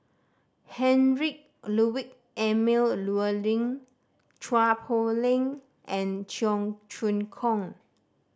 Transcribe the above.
Heinrich Ludwig Emil Luering Chua Poh Leng and Cheong Choong Kong